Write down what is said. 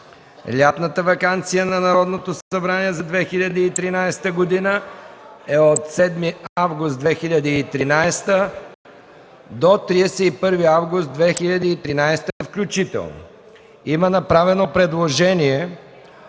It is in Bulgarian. Лятната ваканция на Народното събрание за 2013 г. е от 7 август 2013 г. до 31 август 2013 г., включително.” Има направено предложение